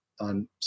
On